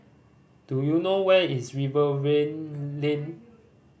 do you know where is Rivervale Lane